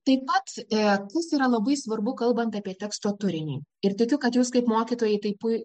taip pat e kas yra labai svarbu kalbant apie teksto turinį ir tikiu kad jūs kaip mokytojai taip pu